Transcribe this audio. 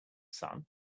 sun